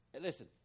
listen